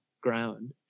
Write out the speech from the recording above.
ground